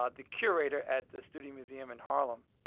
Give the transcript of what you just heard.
ah the curator at the studio museum in harlem,